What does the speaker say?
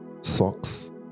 socks